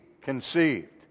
conceived